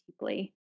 deeply